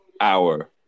hour